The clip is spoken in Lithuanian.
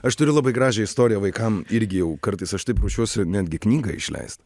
aš turiu labai gražią istoriją vaikam irgi jau kartais aš taip ruošiuosi netgi knygą išleist